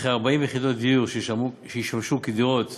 וכ-40 יחידות דיור שישמשו כדירות